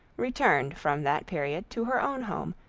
returned from that period to her own home,